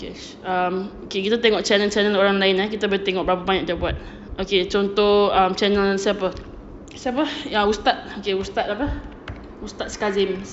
okay um kita tengok channel channel orang lain eh kita tengok berapa banyak dia buat okay contoh um channel siapa siapa yang ustaz ustaz apa ustaz kazim